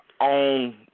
on